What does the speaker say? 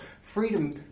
freedom